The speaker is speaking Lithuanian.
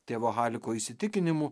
tėvo haliko įsitikinimu